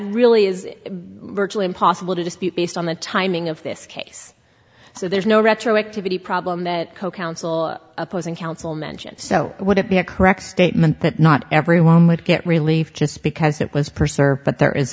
really is virtually impossible to dispute based on the timing of this case so there's no retroactivity problem that co counsel opposing counsel mention so would it be a correct statement that not everyone would get relief just because it was purser but there is